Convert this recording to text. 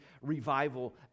Revival